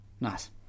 Nice